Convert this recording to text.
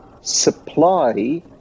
supply